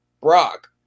Brock